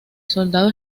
soldado